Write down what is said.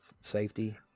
safety